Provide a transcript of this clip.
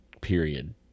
period